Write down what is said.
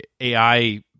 AI